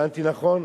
הבנתי נכון?